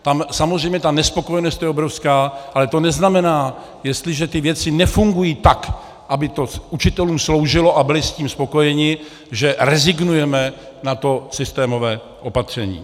Tam samozřejmě ta nespokojenost je obrovská, ale to neznamená, jestliže ty věci nefungují tak, aby to učitelům sloužilo a byli s tím spokojeni, že rezignujeme na to systémové opatření.